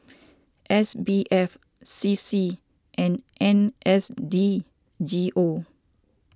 S B F C C and N S D G O